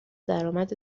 درآمد